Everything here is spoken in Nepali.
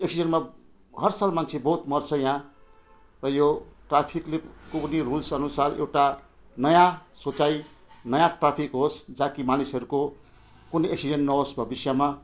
एक्सिडेन्टमा हर साल मान्छे बहुत मर्छ यहाँ र यो ट्राफिकले कुनै रुल्स अनुसार एउटा नयाँ सोचाइ नयाँ ट्राफिक होस् जहाँ कि मानिसहरूको कुनै एक्सिडेन्ट नहोस् भविष्यमा